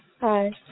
Hi